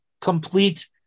Complete